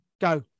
Go